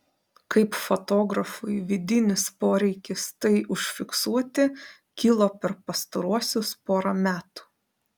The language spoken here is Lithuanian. kaip fotografui vidinis poreikis tai užfiksuoti kilo per pastaruosius porą metų